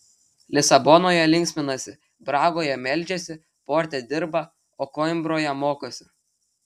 lisabonoje linksminasi bragoje meldžiasi porte dirba o koimbroje mokosi